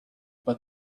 but